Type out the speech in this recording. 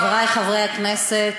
חברי חברי הכנסת,